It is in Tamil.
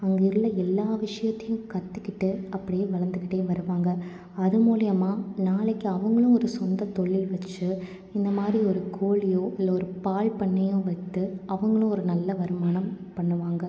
அங்கு உள்ள எல்லா விஷயத்தையும் கற்றுக்கிட்டு அப்படியே வளர்ந்துக்கிட்டே வருவாங்க அது மூலயமா நாளைக்கு அவங்களும் ஒரு சொந்தத்தொழில் வச்சு இந்த மாதிரி ஒரு கோழியோ இல்லை ஒரு பால்பண்ணையோ வைத்து அவங்களும் ஒரு நல்ல வருமானம் பண்ணுவாங்க